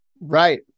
right